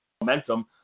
momentum